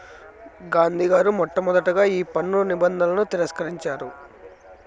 గాంధీ గారు మొట్టమొదటగా ఈ పన్ను నిబంధనలను తిరస్కరించారు